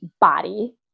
body